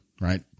right